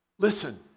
Listen